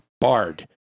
Bard